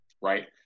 right